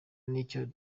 n’icyo